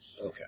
Okay